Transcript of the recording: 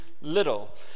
little